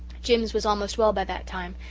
jims was almost well by that time,